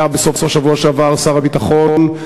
היה בסוף השבוע שעבר שר הביטחון,